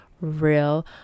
real